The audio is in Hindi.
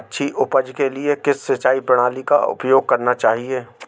अच्छी उपज के लिए किस सिंचाई प्रणाली का उपयोग करना चाहिए?